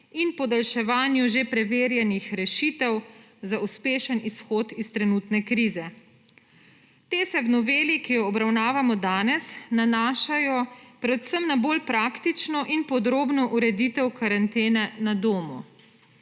in podaljševanju že preverjenih rešitev za uspešen izhod iz trenutne krize. Te se v noveli, ki jo obravnavamo danes, nanašajo predvsem na bolj praktično in podrobno ureditev karantene na domu.